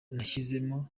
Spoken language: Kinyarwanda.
nashyizemo